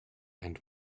and